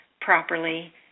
properly